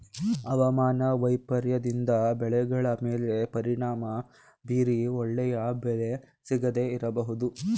ಅವಮಾನ ವೈಪರೀತ್ಯದಿಂದ ಬೆಳೆಗಳ ಮೇಲೆ ಪರಿಣಾಮ ಬೀರಿ ಒಳ್ಳೆಯ ಬೆಲೆ ಸಿಗದೇ ಇರಬೋದು